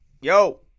Yo